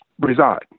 reside